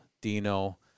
Dino